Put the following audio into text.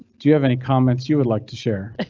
do you have any comments you would like to share?